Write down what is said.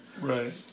Right